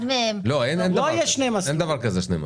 מהם --- אין דבר כזה שני מסלולים,